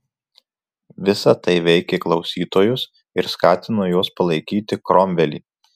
visa tai veikė klausytojus ir skatino juos palaikyti kromvelį